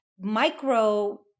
micro